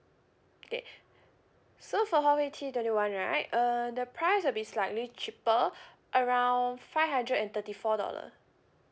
okay so for Huawei T twenty one right uh the price will be slightly cheaper around five hundred and thirty four dollar